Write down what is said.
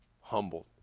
humbled